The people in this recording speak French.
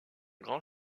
grand